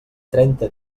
trenta